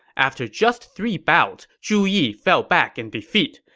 after just three bouts, zhu yi fell back in defeat.